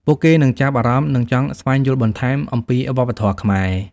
ពួកគេនឹងចាប់អារម្មណ៍ និងចង់ស្វែងយល់បន្ថែមអំពីវប្បធម៌ខ្មែរ។